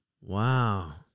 Wow